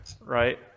Right